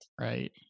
Right